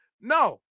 no